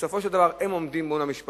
ובסופו של דבר הם עומדים למשפט.